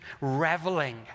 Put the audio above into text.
reveling